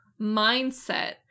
mindset